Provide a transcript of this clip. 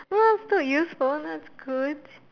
that's useful that's good